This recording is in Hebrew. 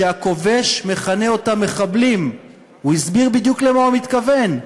שהכובש מכנה אותם "מחבלים"; הוא הסביר בדיוק למה הוא מתכוון,